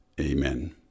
amen